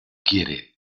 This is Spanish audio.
quiere